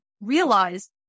realize